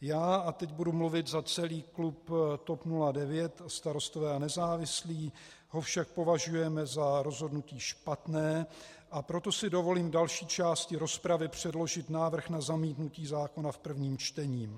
Já, a teď budu mluvit za celý klub TOP 09, Starostové a nezávislí ho však považujeme za rozhodnutí špatné, a proto si dovolím v další části rozpravy předložit návrh na zamítnutí zákona v prvním čtení.